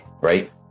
right